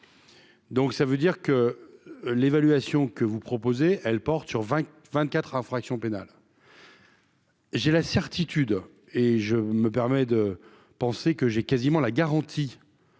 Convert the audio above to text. Donc ça veut dire que l'évaluation que vous proposez, elle porte sur 20 24 infraction pénale. J'ai la certitude et je me permet de penser que j'ai quasiment la garantie